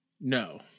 no